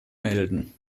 melden